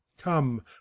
come